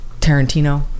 Tarantino